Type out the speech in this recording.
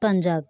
Punjab